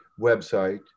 website